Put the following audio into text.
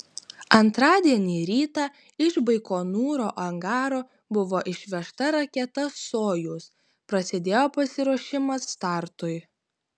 antradienį rytą iš baikonūro angaro buvo išvežta raketa sojuz prasidėjo pasiruošimas startui